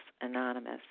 Anonymous